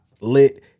lit